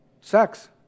Sex